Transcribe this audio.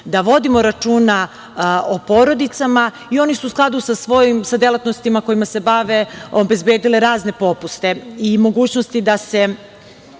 da vodimo računa o porodicama. Oni su u skladu sa svojim delatnostima kojima se bave obezbedile razne popuste i mogućnosti da te